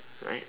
right